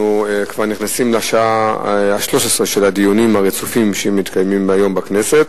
אנחנו כבר נכנסים לשעה ה-13 של הדיונים הרצופים שמתקיימים היום בכנסת.